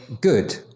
good